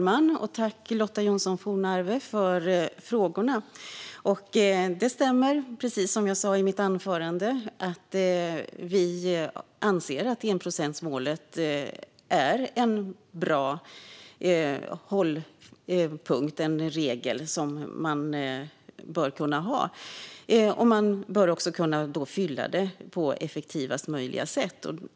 Fru talman! Det stämmer, precis som jag sa i mitt anförande, att vi anser att enprocentsmålet är en bra hållpunkt och en regel som man bör kunna ha. Man bör också kunna fylla det på effektivast möjliga sätt.